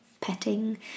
petting